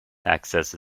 access